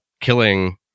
killing